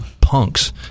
punks